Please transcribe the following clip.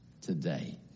today